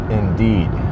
indeed